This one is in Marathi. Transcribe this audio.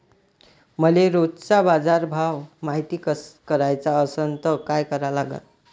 मले रोजचा बाजारभव मायती कराचा असन त काय करा लागन?